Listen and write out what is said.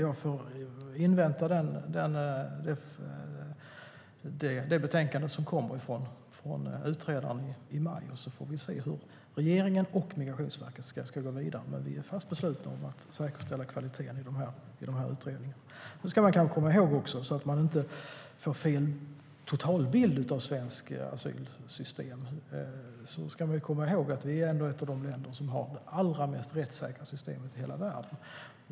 Jag får invänta det betänkande som ska komma från utredaren i maj. Sedan får vi se hur regeringen och Migrationsverket ska gå vidare. Men vi är fast beslutna om att säkerställa kvaliteten i dessa utredningar. För att man inte ska få fel totalbild av det svenska systemet ska man komma ihåg att vi är ett av de länder som har det allra mest rättssäkra systemet i hela världen.